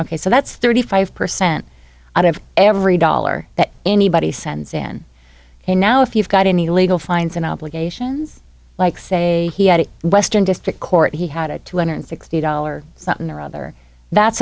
ok so that's thirty five percent out of every dollar that anybody sends in and now if you've got any legal fines and obligations like say he had a western district court he had a two hundred sixty dollar something or other that's